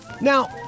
Now